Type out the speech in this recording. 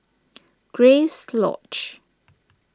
Grace Lodge